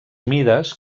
mides